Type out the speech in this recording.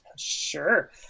Sure